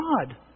God